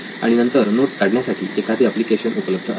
आणि नंतर नोट्स काढण्यासाठी एखादे एप्लिकेशन उपलब्ध असावे